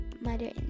mother